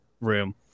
room